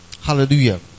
Hallelujah